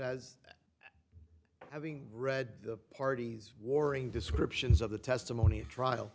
as having read the parties warring descriptions of the testimony of trial